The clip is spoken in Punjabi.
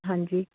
ਹਾਂਜੀ